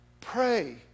Pray